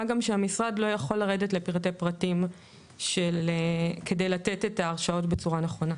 מה גם שהמשרד לא יכול לרדת לפרטי פרטים כדי לתת את ההרשאות בצורה נכונה.